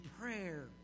prayer